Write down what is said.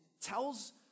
tells